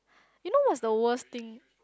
you know what's the worst thing